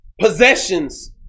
possessions